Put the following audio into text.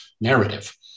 narrative